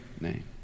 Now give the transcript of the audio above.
name